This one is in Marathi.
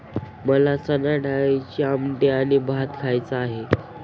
मला चणाडाळीची आमटी आणि भात खायचा आहे